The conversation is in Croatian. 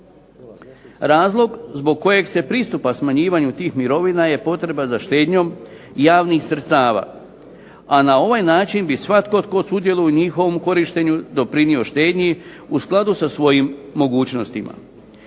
Razlog zbog kojeg se pristupa smanjivanju tih mirovina je potreba za štednjom javnih sredstava, a na ovaj način bi svatko tko sudjeluje u njihovom korištenju doprinjeo štednji u skladu sa svojim mogućnostima.